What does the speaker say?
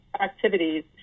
activities